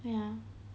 ya